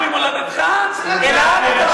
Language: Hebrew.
לך לך מארצך וממולדתך, ומבית אביך.